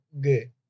good